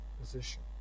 position